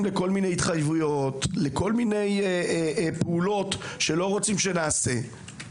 לכל מיני התחייבויות ופעולות שלא רוצים שנעשה.